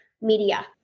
media